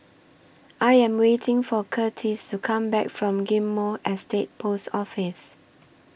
I Am waiting For Curtiss to Come Back from Ghim Moh Estate Post Office